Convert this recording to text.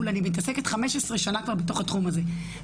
אני מתעסקת כבר 15 שנה בתוך התחום הזה.